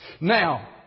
Now